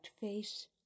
face